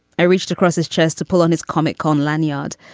i reached across his chest to pull on his comic con lanyard.